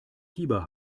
fieber